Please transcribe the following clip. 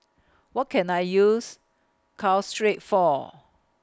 What Can I use Caltrate For